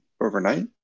overnight